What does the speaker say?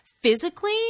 physically